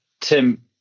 Tim